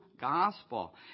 gospel